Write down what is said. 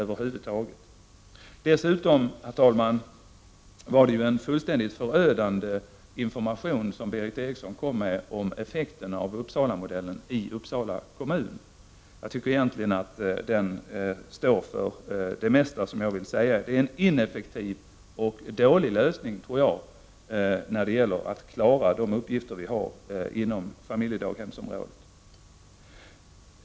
Vi har dessutom av Berith Eriksson fått en helt förödande information om effekterna av Uppsalamodellen i Uppsala kommun. Den informationen be kräftar det mesta som jag vill säga, nämligen att det är en ineffektiv och dålig lösning när det gäller att klara uppgifterna inom familjedaghemsområdet.